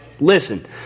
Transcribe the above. Listen